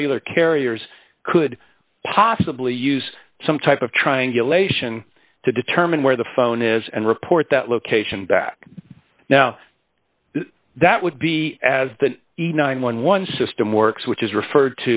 cellular carriers could possibly use some type of triangulation to determine where the phone is and report that location back now that would be as the evening when one system works which is referred